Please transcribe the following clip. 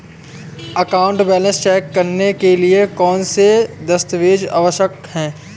Account balance check करने के लिए कौनसे दस्तावेज़ आवश्यक हैं?